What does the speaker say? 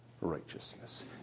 Righteousness